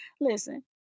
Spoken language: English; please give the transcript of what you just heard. Listen